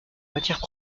matières